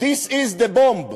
This is the bomb.